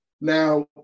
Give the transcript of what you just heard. Now